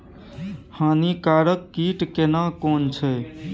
हानिकारक कीट केना कोन छै?